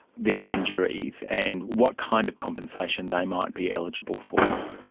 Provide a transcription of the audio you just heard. their injuries, and what kind of compensation they might be eligible for?